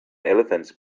elephants